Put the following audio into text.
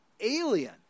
alien